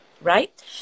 right